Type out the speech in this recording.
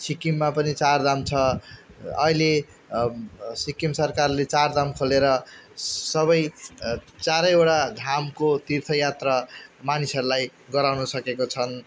सिक्किममा पनि चारधाम छ अहिले सिक्किम सरकारले चारधाम खोलेर सबै चारैवटा धामको तीर्थयात्रा मानिसहरूलाई गराउन सकेका छन्